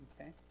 okay